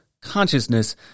consciousness